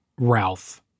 ralph